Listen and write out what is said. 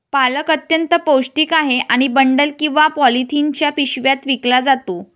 पालक अत्यंत पौष्टिक आहे आणि बंडल किंवा पॉलिथिनच्या पिशव्यात विकला जातो